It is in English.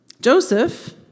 Joseph